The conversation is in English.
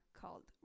called